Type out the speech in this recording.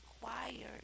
required